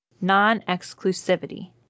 Non-Exclusivity